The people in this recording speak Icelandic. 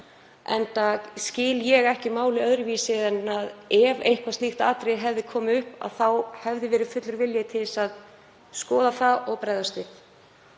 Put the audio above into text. enda skil ég ekki málið öðruvísi en að ef slíkt atriði hefði komið upp þá hefði verið fullur vilji til þess að skoða það og bregðast við.